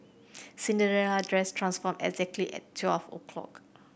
Cinderella dress transformed exactly at twelve o'clock